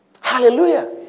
Hallelujah